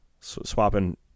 swapping